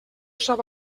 sap